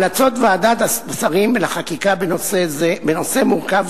המלצות ועדת השרים לחקיקה בנושא מורכב